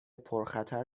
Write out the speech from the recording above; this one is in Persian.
پرخطر